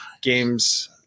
games